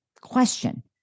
Question